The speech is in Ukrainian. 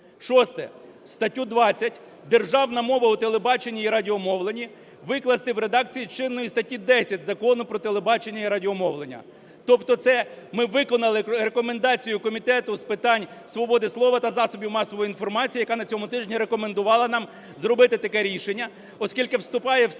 Статтю 20 "Державна мова у телебаченні та радіомовленні" викласти в редакції чинної статті 10 Закону "Про телебачення і радіомовлення". Тобто це ми виконали рекомендацію Комітету з питань свободи слова та засобів масової інформації, який на цьому тижні рекомендував нам зробити таке рішення, оскільки вступає в силу